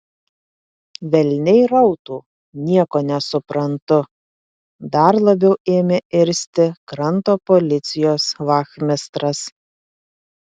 velniai rautų nieko nesuprantu dar labiau ėmė irzti kranto policijos vachmistras